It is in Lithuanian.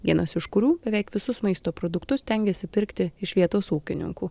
vienas iš kurių beveik visus maisto produktus stengiasi pirkti iš vietos ūkininkų